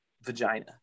vagina